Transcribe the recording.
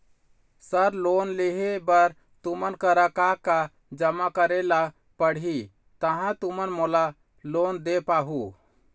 Sir loan लेहे बर तुमन करा का का जमा करें ला पड़ही तहाँ तुमन मोला लोन दे पाहुं?